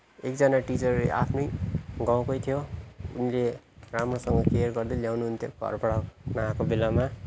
एकजना टिचर आफ्नै गाउँकै थियो उनले राम्रोसँग केयर गर्दै ल्याउनुहुन्थ्यो घरबाट नआएको बेलामा